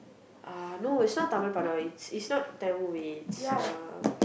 uh no it's not it's it's not Tamil movie it's uh